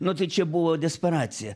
nu tai čia buvo desperacija